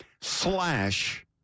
slash